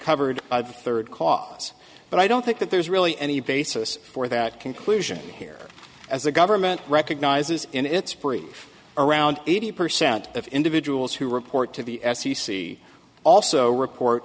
covered by the third cause but i don't think that there's really any basis for that conclusion here as the government recognizes in its brief around eighty percent of individuals who report to the f c c also report